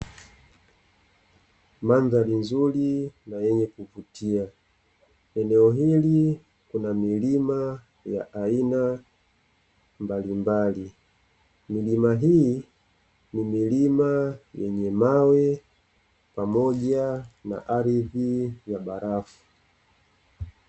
Mandhari nzuri na yenye kuvutia eneo hili kuna milima ya aina mbalimbali, milima hii ni milima yenye mawe pamoja na ardhi ya barafu.